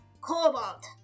Cobalt